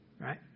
right